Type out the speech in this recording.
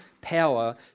power